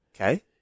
Okay